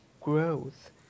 growth